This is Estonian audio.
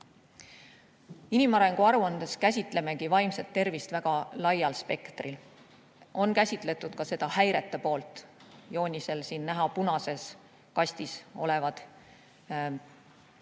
Inimarengu aruandes käsitlemegi vaimset tervist väga laial spektril. On käsitletud ka häirete poolt: joonisel on näha punases kastis olevad